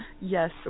yes